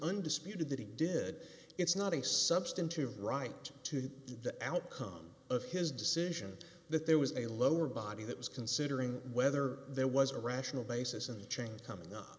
undisputed that he did it's not a substantive right to the outcome of his decision that there was a lower body that was considering whether there was a rational basis and change coming up